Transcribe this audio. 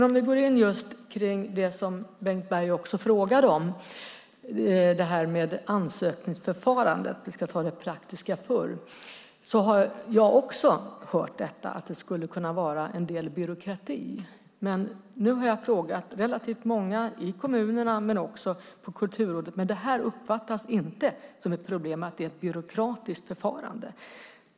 Om vi då går in på ansökningsförfarandet som Bengt Berg frågade om har jag också hört att det skulle kunna vara en del byråkrati. Nu har jag dock frågat relativt många, i kommunerna men också på Kulturrådet, och det uppfattas inte som ett problem att det är ett byråkratiskt förfarande.